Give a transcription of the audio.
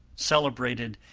celebrated,